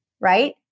Right